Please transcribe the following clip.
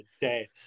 day